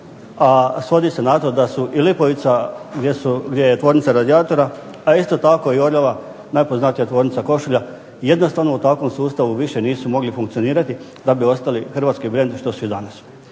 a svodi se na to da su i Lipovica, gdje je tvornica radijatora, a isto tako i …/Ne razumije se./… najpoznatija tvornica košulja, jednostavno u takvom sustavu više nisu mogli funkcionirati, da bi ostali hrvatski brend što su i danas.